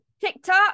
TikTok